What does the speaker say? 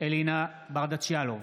אלינה ברדץ' יאלוב,